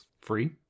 free